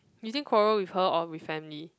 you think quarrel with her or with family